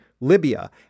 Libya